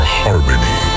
harmony